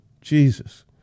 Jesus